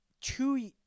two